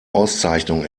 auszeichnung